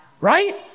right